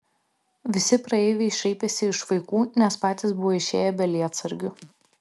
visi praeiviai šaipėsi iš vaikų nes patys buvo išėję be lietsargių